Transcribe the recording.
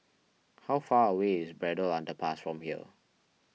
how far away is Braddell Underpass from here